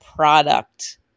product